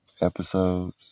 episodes